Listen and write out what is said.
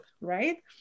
right